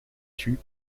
tue